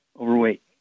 overweight